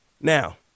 Now